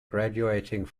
graduating